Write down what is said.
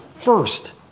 first